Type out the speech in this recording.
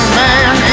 man